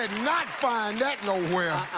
and not find that nowhere.